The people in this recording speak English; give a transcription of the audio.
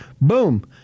Boom